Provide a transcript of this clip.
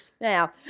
Now